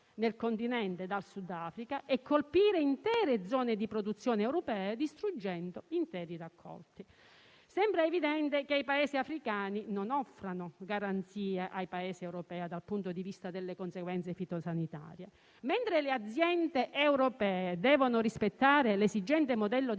nel continente dal Sudafrica e colpire intere zone di produzione europee, distruggendo interi raccolti. Sembra evidente che i Paesi africani non offrano garanzie ai Paesi europei dal punto di vista delle conseguenze fitosanitarie. Mentre le aziende europee devono rispettare l'esigente modello di